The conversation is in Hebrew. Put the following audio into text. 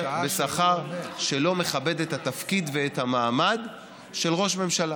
בשכר שלא מכבד את התפקיד ואת המעמד של ראש ממשלה.